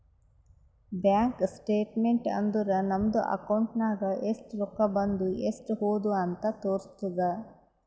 bank statement ಅಂದುರ್ ನಮ್ದು account ನಾಗ್ ಎಸ್ಟ್ ರೊಕ್ಕಾ ಬಂದು ಎಸ್ಟ್ ಹೋದು ಅಂತ್ ತೋರುಸ್ತುದ್